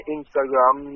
Instagram